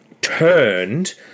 turned